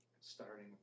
starting